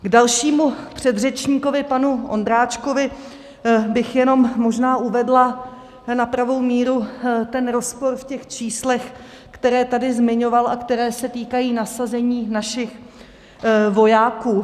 K dalšímu předřečníkovi, panu Ondráčkovi, bych jenom možná uvedla na pravou míru rozpor v číslech, která tady zmiňoval a která se týkají nasazení našich vojáků.